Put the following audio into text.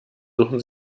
suchen